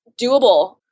doable